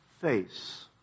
face